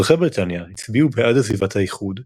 אזרחי בריטניה הצביעו בעד עזיבת האיחוד,